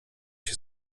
się